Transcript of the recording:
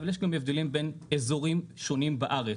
אבל יש גם הבדלים בין איזורים שונים בארץ.